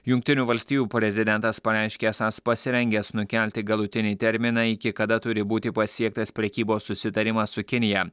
jungtinių valstijų prezidentas pareiškė esąs pasirengęs nukelti galutinį terminą iki kada turi būti pasiektas prekybos susitarimas su kinija